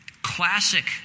Classic